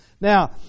Now